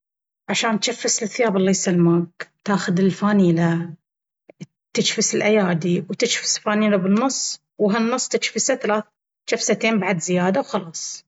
عشان تجفس الثياب الله يسلمك... تاخد الفانيلة تجفس الأيادي وتجفس الفانيلة بالنص، وهالنص تجفسه جفستين بعد زيادة وخلاص.